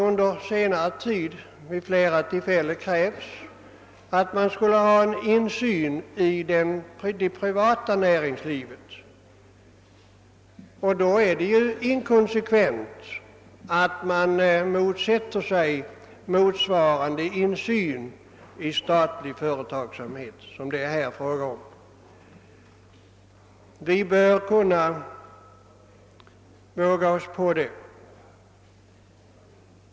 Under senare tid har det vid flera tillfällen krävts insyn i det privata näringslivet och då är det ju inkonsekvent att motsätta sig motsvarande översyn av statlig företagsamhet, som det här är fråga om. Vi bör kunna våga oss på det.